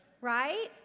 right